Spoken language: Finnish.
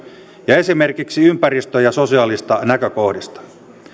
ja esimerkiksi ympäristö ja sosiaalisista näkökohdista